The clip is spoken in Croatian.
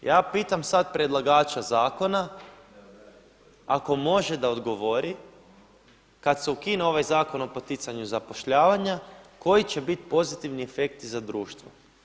Ja pitam sad predlagača zakona ako može da odgovori kad se ukine ovaj Zakon o poticanju zapošljavanja koji će biti pozitivni efekti za društvo?